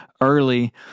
early